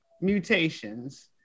mutations